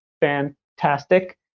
fantastic